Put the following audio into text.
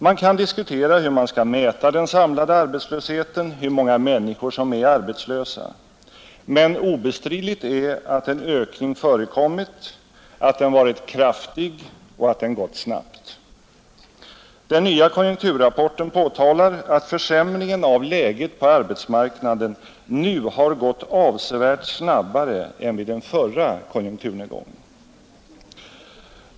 Man kan diskutera hur man skall mäta den samlade arbetslösheten, hur mänga människor som är arbetslösa, men obestridligt är att en ökning förekommit, att den varit kraftig och att den gått snabbt. Den nya konjunkturrapporten påtalar att försämringen av läget på arbetsmarknaden nu skett avsevärt snabbare än vid den förra konjunkturnedgången.